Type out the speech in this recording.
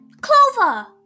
Clover